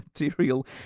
material